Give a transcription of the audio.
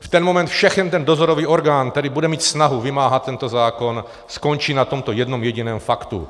V ten moment všechen ten dozorový orgán, který bude mít snahu vymáhat tento zákon, skončí na tomto jediném faktu.